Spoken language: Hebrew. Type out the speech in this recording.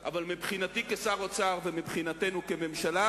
אבל מבחינתי כשר האוצר ומבחינתנו כממשלה,